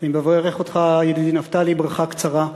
אני מברך אותך, ידידי נפתלי, ברכה קצרה.